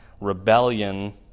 Rebellion